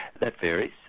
that varies,